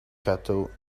cattle